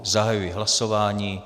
Zahajuji hlasování.